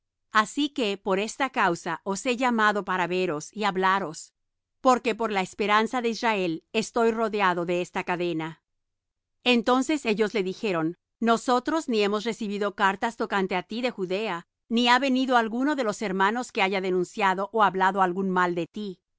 así que por esta causa os he llamado para veros y hablaros porque por la esperanza de israel estoy rodeado de esta cadena entonces ellos le dijeron nosotros ni hemos recibido cartas tocante á tí de judea ni ha venido alguno de los hermanos que haya denunciado ó hablado algún mal de ti